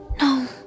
No